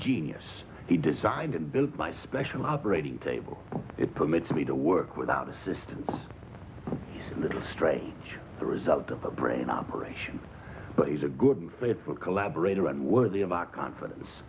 genius he designed and built my special operating table it permits me to work without assistance a little strange the result of a brain operation but he's a good fit for collaborator and worthy of our confidence